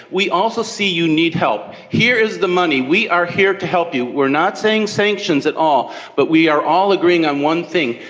we also see you need help. here is the money, we are here to help you. we are not saying sanctions at all, but we are all agreeing on one thing,